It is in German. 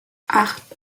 acht